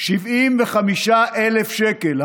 75,000 שקל.